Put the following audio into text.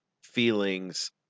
feelings